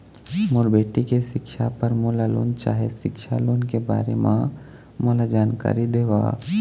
मोर बेटी के सिक्छा पर मोला लोन चाही सिक्छा लोन के बारे म मोला जानकारी देव?